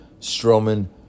Strowman